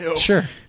sure